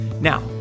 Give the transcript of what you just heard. Now